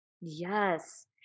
Yes